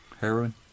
Heroin